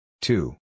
two